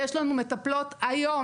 יש לנו מטפלות היום,